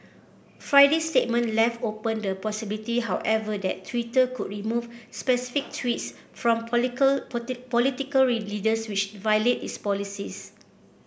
Friday's statement left open the possibility however that Twitter could remove specific tweets from political leaders which violate its policies